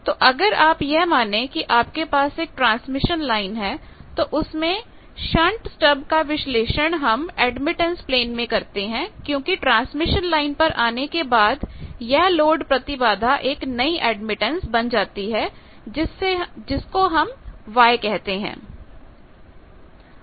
तो अगर आप यह माने कि आपके पास एक ट्रांसमिशन लाइन है तो उसमें शंट स्टब का विश्लेषण हम एडमिटेंस प्लेन में करते हैं क्योंकि ट्रांसमिशन लाइन पर आने के बाद यह लोड प्रतिबाधा एक नई एडमिटेंस बन जाती है जिससे हम Y कहते हैं